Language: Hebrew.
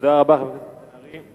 תודה רבה לחבר הכנסת בן-ארי.